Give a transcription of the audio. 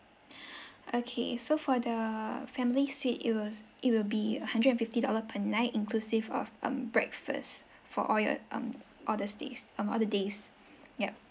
okay so for the family suite it will it will be a hundred and fifty dollar per night inclusive of um breakfast for all your um all the days um all the days yup